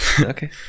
Okay